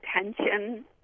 attention